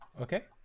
Okay